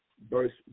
verse